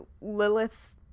Lilith